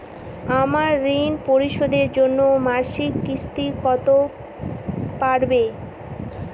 আমার ঋণ পরিশোধের জন্য মাসিক কিস্তি কত পড়বে?